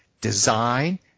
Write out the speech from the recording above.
design